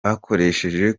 bakoresheje